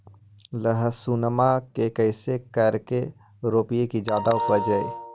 लहसूनमा के कैसे करके रोपीय की जादा उपजई?